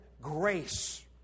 grace